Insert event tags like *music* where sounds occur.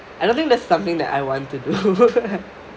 I don't think that is something that I want to do *laughs*